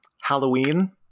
Halloween